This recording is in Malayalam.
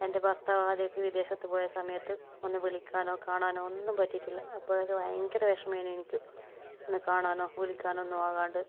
എന്റെ ഭര്ത്താവ് ആദ്യമൊക്കെ വിദേശത്ത് പോയ സമയത്ത് ഒന്ന് വിളിക്കാനോ കാണാനോ ഒന്നും പറ്റിയിട്ടില്ല അപ്പോഴൊക്കെ ഭയങ്കര വിഷമായിന് എനിക്ക് ഒന്ന് കാണാനോ വിളിക്കാനോ ഒന്നും ആകാണ്ട്